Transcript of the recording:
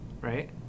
right